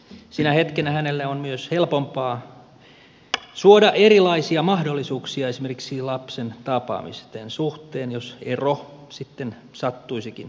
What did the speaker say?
sinä hetkenä hänelle on myös helpompaa suoda erilaisia mahdollisuuksia esimerkiksi lapsen tapaamisten suhteen jos ero sitten sattuisikin ajankohtaiseksi